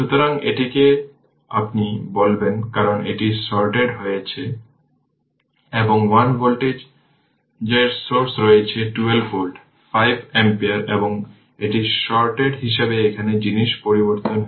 সুতরাং এটিকে আপনি বলবেন কারণ এটি শর্টেড হয়েছে এবং 1 ভোল্টেজের সোর্স রয়েছে 12 ভোল্ট 5 অ্যাম্পিয়ার এবং এটি শর্টেড হিসাবে এখন জিনিস পরিবর্তন হয়েছে